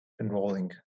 enrolling